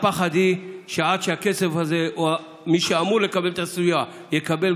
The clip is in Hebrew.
הפחד הוא שעד שאת הכסף הזה מי שאמור לקבל את הסיוע יקבל,